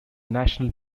national